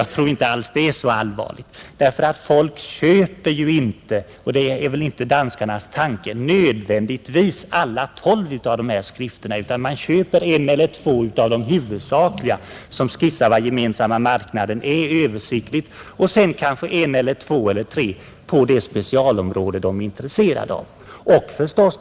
Jag tror inte alls att det är så allvarligt, med många trycksidor tillsammantagna, därför att folk köper ju inte — och det är väl inte danskarnas tanke — nödvändigtvis alla tolv skrifterna, utan man köper en eller två av de huvudsakliga som skissar vad Gemensamma marknaden är och sedan kanske en eller två eller tre om de speciella sakområden, som man är särskilt intresserad av.